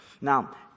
Now